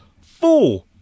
four